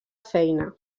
feina